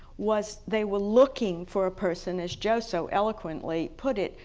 was they were looking for a person, as joe so eloquently put it,